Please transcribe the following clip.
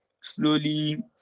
slowly